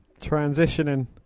Transitioning